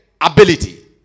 ability